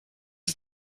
ist